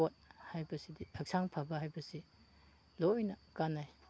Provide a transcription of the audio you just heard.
sport ꯍꯥꯏꯕꯁꯤ ꯍꯛꯆꯥꯡ ꯐꯕ ꯍꯥꯏꯕꯁꯤ ꯂꯣꯏꯅ ꯀꯥꯟꯅꯩ